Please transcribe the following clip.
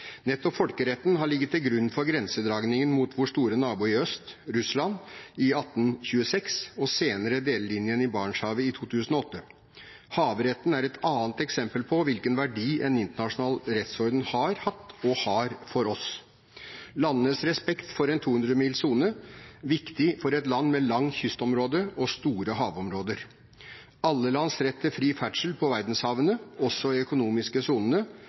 Nettopp folkeretten har ligget til grunn for grensedragningen mot vår store nabo i øst, Russland, i 1826 og senere delelinjen i Barentshavet i 2008. Havretten er et annet eksempel på hvilken verdi en internasjonal rettsorden har hatt og har for oss. Landenes respekt for en 200 mils sone – viktig for et land med lang kystlinje og store havområder. Alle lands rett til fri ferdsel på verdenshavene, også i de økonomiske sonene